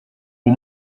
aux